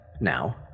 now